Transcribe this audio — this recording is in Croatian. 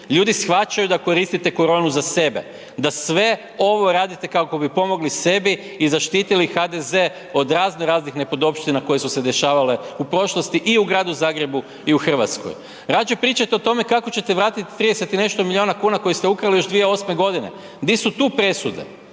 ljudi shvaćaju da koristite koronu za sebe, da sve ovo radite kako bi pomogli sebi i zaštitili HDZ od raznoraznih nepodopština koje su se dešavale u prošlosti i u gradu Zagrebu i u Hrvatskoj. Radije pričajte o tome kako ćete vratit 30 i nešto milijuna kuna koje ste ukrali još 2008. g., di su tu presude?